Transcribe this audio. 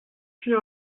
fille